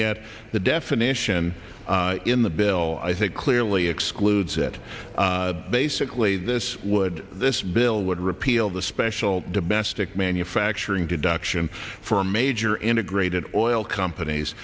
yet the definition in the bill i think clearly excludes it basically this would this bill would repeal the special domestic manufacturing deduction for major integrated oil companies